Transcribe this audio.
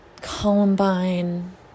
columbine